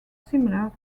similar